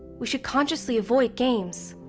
we should consciously avoid games.